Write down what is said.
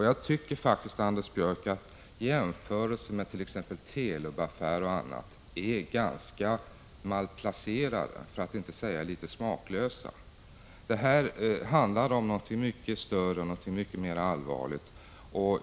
Jag tycker faktiskt, Anders Björck, att jämförelser med t.ex. Telubaffären är ganska malplacerade, för att inte säga litet smaklösa. Här handlar det om någonting mycket större och mycket mera allvarligt.